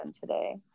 today